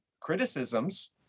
criticisms